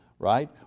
right